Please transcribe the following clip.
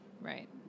Right